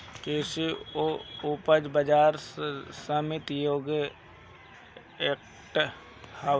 कृषि उपज बाजार समिति एगो एक्ट हवे